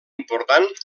important